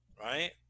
right